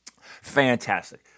Fantastic